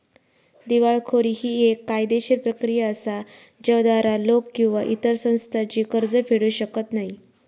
दिवाळखोरी ही येक कायदेशीर प्रक्रिया असा ज्याद्वारा लोक किंवा इतर संस्था जी कर्ज फेडू शकत नाही